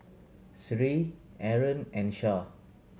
Sri Aaron and Shah